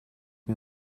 mir